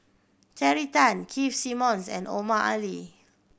Terry Tan Keith Simmons and Omar Ali